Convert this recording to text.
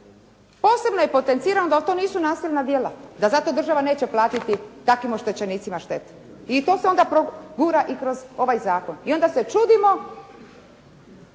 posebno je potencirano da to nisu nasilna djela, da zato država neće platiti takvim oštećenicima štetu. I to se onda progura i kroz ovaj zakon i onda se čudimo